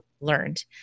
learned